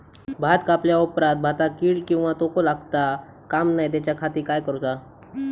भात कापल्या ऑप्रात भाताक कीड किंवा तोको लगता काम नाय त्याच्या खाती काय करुचा?